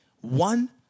One